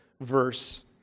verse